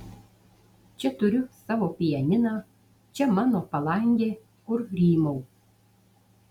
čia turiu savo pianiną čia mano palangė kur rymau